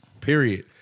period